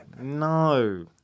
No